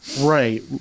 Right